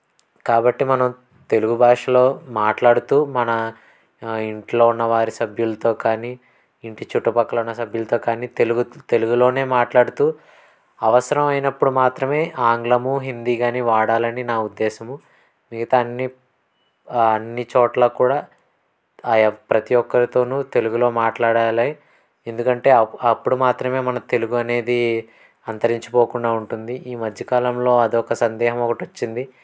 కాబట్టి మనం తెలుగు భాషలో మాట్లాడుతు మన ఇంట్లో ఉన్న వారి సభ్యులతో కానీ ఇంటి చుట్టుపక్కల ఉన్న సభ్యులతో కానీ తెలుగు తెలుగులోనే మాట్లాడుతు అవసరం అయినప్పుడు మాత్రమే ఆంగ్లము హిందీ గాని వాడాలని నా ఉద్దేశము మిగతా అన్ని అన్నిచోట్ల కూడా ప్రతి ఒక్కరితోను తెలుగులో మాట్లాడాలి ఎందుకంటే అప్ అప్పుడు మాత్రమే మన తెలుగు అనేది అంతరించిపోకుండా ఉంటుంది ఈ మధ్యకాలంలో అదొక సందేహం ఒకటి వచ్చింది